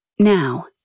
Now